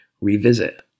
revisit